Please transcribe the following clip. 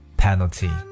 penalty